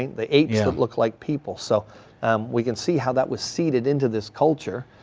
the apes that look like people. so we can see how that was seeded into this culture,